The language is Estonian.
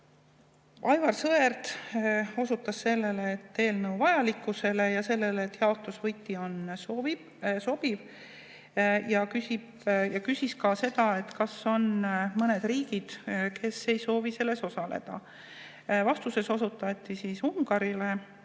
Aivar Sõerd osutas eelnõu vajalikkusele ja sellele, et jaotusvõti on sobiv, ning küsis, kas on mõned riigid, kes ei soovi selles osaleda. Vastuses osutati Ungarile.